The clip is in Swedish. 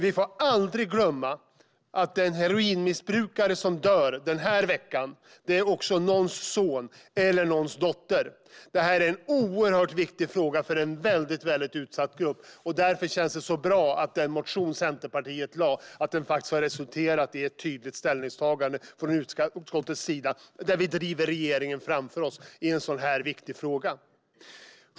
Vi får aldrig glömma att den heroinmissbrukare som dör denna vecka också är någons son eller någons dotter. Detta är en oerhört viktig fråga för en mycket utsatt grupp. Därför känns det bra att den motion som Centerpartiet väckte faktiskt har resulterat i ett tydligt ställningstagande från utskottets sida där vi driver regeringen framför oss i en så viktig fråga.